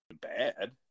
bad